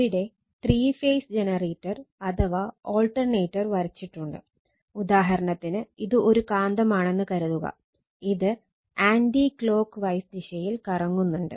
ഇവിടെ three phase generator കറങ്ങുന്നുണ്ട്